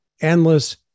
endless